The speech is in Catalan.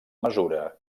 mesura